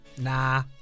nah